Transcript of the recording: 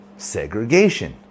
Segregation